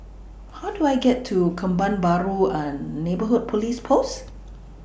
How Do I get to Kebun Baru and Neighbourhood Police Post